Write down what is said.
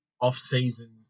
off-season